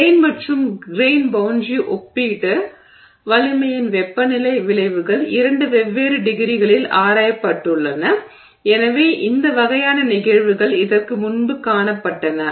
grain மற்றும் grain boundary ஒப்பீட்டு வலிமையின் வெப்பநிலை விளைவுகள் இரண்டு வெவ்வேறு டிகிரிகளில் ஆராயப்பட்டுள்ளன எனவே இந்த வகையான நிகழ்வுகள் இதற்கு முன்பு காணப்பட்டன